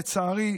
לצערי,